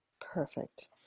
Perfect